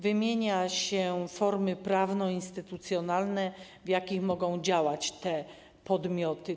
Wymienia się formy prawno-instytucjonalne, w jakich mogą działać te podmioty.